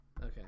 Okay